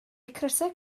crysau